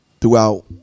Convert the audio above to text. throughout